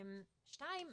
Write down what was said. בי"ת,